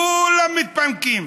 כולם מתפנקים,